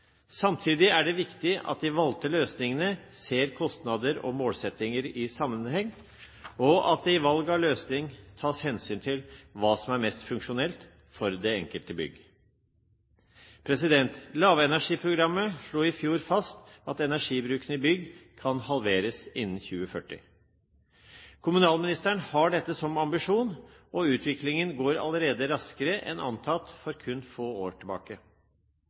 Samtidig er det viktig at man ved de valgte løsningene ser kostnader og målsettinger i sammenheng, og at det i valg av løsning tas hensyn til hva som er mest funksjonelt for det enkelte bygg. Lavenergiprogrammet slo i fjor fast at energibruken i bygg kan halveres innen 2040. Kommunalministeren har dette som ambisjon, og utviklingen går allerede raskere enn antatt for kun få år tilbake.